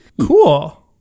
Cool